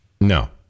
No